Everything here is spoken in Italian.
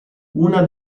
una